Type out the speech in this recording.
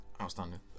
outstanding